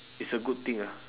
it's a good thing ah